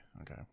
okay